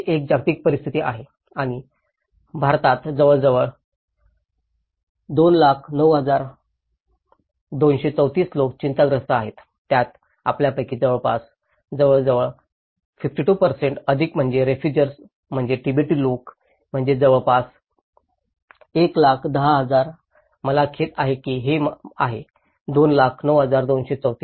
हे एक जागतिक परिस्थिती आहे आणि भारतात जवळजवळ 209234 लोक चिंताग्रस्त आहेत ज्यात आपल्यापैकी जवळजवळ 52 अधिक म्हणजे रेफुजिर्स म्हणजे तिबेटी लोक म्हणजे जवळपास 110000 मला खेद आहे की हे आहे 209234